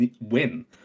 win